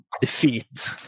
defeat